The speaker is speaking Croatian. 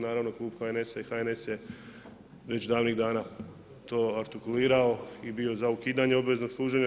Naravno Klub HNS i HNS je već davnih dana to artikulirao i bio za ukidanje obveznog služenja.